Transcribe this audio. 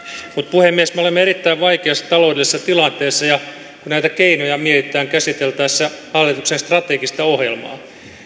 puhemies me olemme erittäin vaikeassa taloudellisessa tilanteessa ja kun näitä keinoja mietitään käsiteltäessä hallituksen strategista ohjelmaa